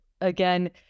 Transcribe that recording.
again